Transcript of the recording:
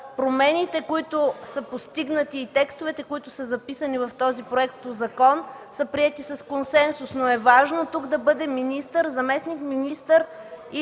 промените, които са постигнати, текстовете, които са записани в този проектозакон, са приети с консенсус, но е важно тук да бъде министър, заместник-министър